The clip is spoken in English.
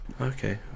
okay